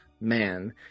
man